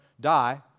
die